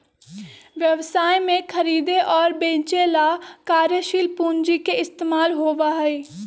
व्यवसाय में खरीदे और बेंचे ला कार्यशील पूंजी के इस्तेमाल होबा हई